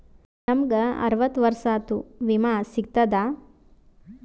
ನಮ್ ಗ ಅರವತ್ತ ವರ್ಷಾತು ವಿಮಾ ಸಿಗ್ತದಾ?